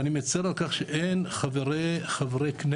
ואני מצר על כך שאין חברי כנסת